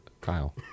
Kyle